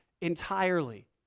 entirely